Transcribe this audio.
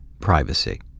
privacy